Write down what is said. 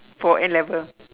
for N-level